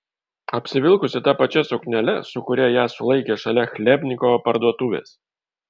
apsivilkusi ta pačia suknele su kuria ją sulaikė šalia chlebnikovo parduotuvės